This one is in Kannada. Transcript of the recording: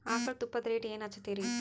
ಆಕಳ ತುಪ್ಪದ ರೇಟ್ ಏನ ಹಚ್ಚತೀರಿ?